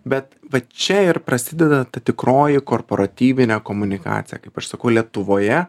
bet va čia ir prasideda ta tikroji korporatyvinė komunikacija kaip aš sakau lietuvoje